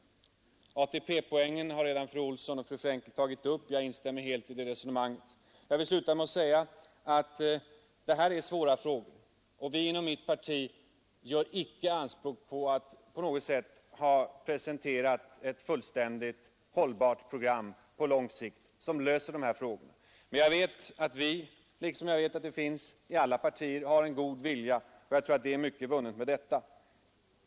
ATP-poängen har fru Olsson i Hölö och fru Frenkel redan tagit upp. Jag instämmer helt i deras resonemang. Jag vill avsluta mitt anförande med att säga att detta är svåra frågor. Vi inom mitt parti gör inte alls anspråk på att ha presenterat ett fullständigt och hållbart program som på lång sikt löser dessa problem. Men jag vet att vi liksom andra partier har en god vilja. Jag tror att mycket är vunnet med detta.